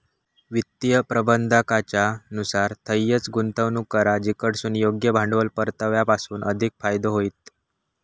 वित्तीय प्रबंधाकाच्या नुसार थंयंच गुंतवणूक करा जिकडसून योग्य भांडवल परताव्यासून अधिक फायदो होईत